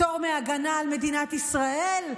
פטור מהגנה על מדינת ישראל,